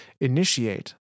Initiate